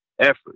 effort